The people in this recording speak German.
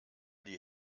die